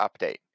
update